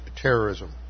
terrorism